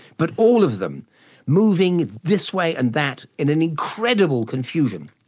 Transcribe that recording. but all of them moving this way and that in an incredible confusion,